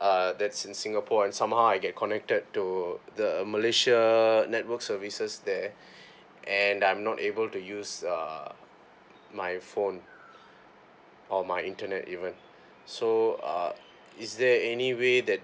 uh that's in singapore and somehow I get connected to the malaysia network services there and I'm not able to use err my phone or my internet even so uh is there anyway that